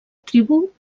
tribu